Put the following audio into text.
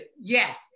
Yes